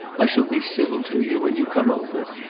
i shall be civil to you when you come over.